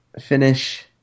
finish